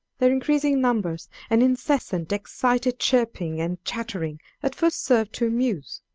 their increasing numbers and incessant excited chirping and chattering at first served to amuse,